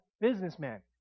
businessman